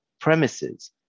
premises